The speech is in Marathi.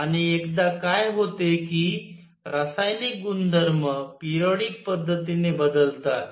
आणि एकदा काय होते कि रासायनिक गुणधर्म पेरियॉडिक पद्धतीने बदलतात